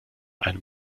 einem